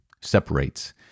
separates